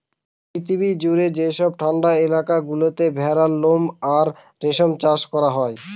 পৃথিবী জুড়ে যেসব ঠান্ডা এলাকা গুলোতে ভেড়ার লোম আর রেশম চাষ করা হয়